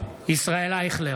(קורא בשמות חברי הכנסת) ישראל אייכלר,